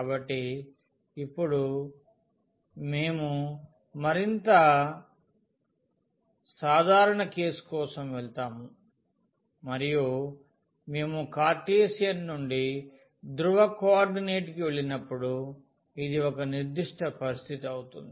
కాబట్టి ఇప్పుడు మేము మరింత సాధారణ కేసు కోసం వెళ్తాము మరియు మేము కార్టీసియన్ నుండి ధ్రువ కోఆర్డినేట్ కి వెళ్ళినప్పుడు ఇది ఒక నిర్దిష్ట పరిస్థితి అవుతుంది